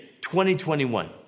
2021